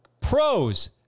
Pros